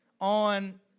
on